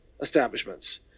establishments